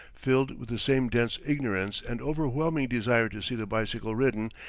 filled with the same dense ignorance and overwhelming desire to see the bicycle ridden,